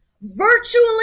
Virtually